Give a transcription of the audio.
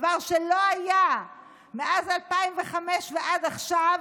דבר שלא היה מאז 2005 ועד עכשיו,